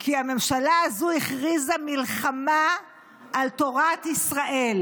כי הממשלה הזו הכריזה מלחמה על תורת ישראל,